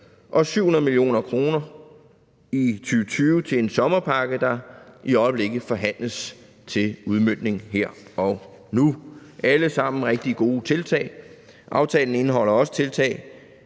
og 700 mio. kr. i 2020 til en sommerpakke, der i øjeblikket forhandles, til udmøntning her og nu. Det er alle sammen rigtig gode tiltag. Aftalen indeholder også tiltag,